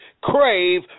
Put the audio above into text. Crave